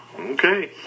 Okay